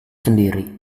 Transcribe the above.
sendiri